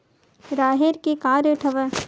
राहेर के का रेट हवय?